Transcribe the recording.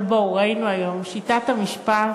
אבל בואו, ראינו היום, שיטת המשפט